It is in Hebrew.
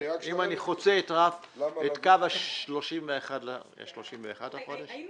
אם אני חוצה את קו ה-31 בדצמבר 2018. היינו